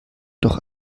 doch